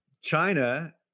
China